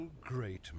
great